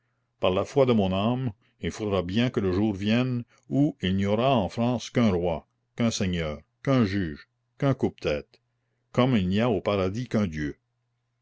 par la foi de mon âme il faudra bien que le jour vienne où il n'y aura en france qu'un roi qu'un seigneur qu'un juge qu'un coupe tête comme il n'y a au paradis qu'un dieu